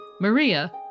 Maria